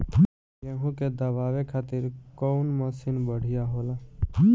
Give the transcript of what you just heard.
गेहूँ के दवावे खातिर कउन मशीन बढ़िया होला?